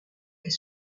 est